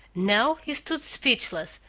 now he stood speechless,